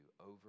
over